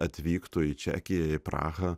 atvyktų į čekiją į prahą